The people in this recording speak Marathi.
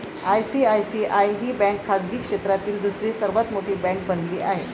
आय.सी.आय.सी.आय ही बँक खाजगी क्षेत्रातील दुसरी सर्वात मोठी बँक बनली आहे